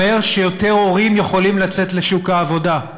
שיותר הורים יכולים לצאת לשוק העבודה,